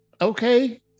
Okay